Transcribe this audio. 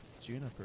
Juniper